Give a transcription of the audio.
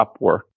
Upwork